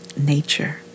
nature